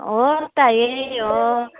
हो त यही हो